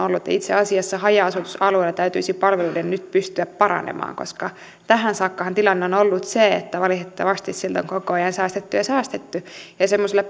ollut itse asiassa haja asutusalueilla täytyisi palveluiden nyt pystyä paranemaan koska tähän saakkahan tilanne on on ollut se että valitettavasti sieltä on koko ajan säästetty ja säästetty semmoisella